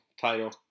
title